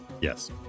Yes